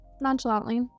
nonchalantly